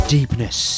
Deepness